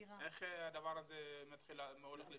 איך הדבר הזה הולך לקרות?